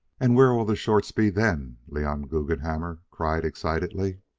and where will the shorts be then? leon guggenhammer cried excitedly.